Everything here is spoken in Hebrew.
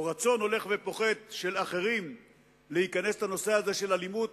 או רצון הולך ופוחת של אחרים להיכנס לאלימות,